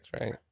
right